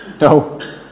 No